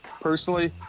personally